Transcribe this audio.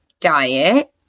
diet